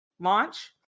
launch